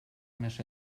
més